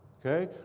ok?